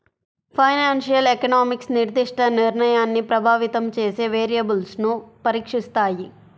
financial economics నిర్దిష్ట నిర్ణయాన్ని ప్రభావితం చేసే వేరియబుల్స్ను పరీక్షిస్తాయి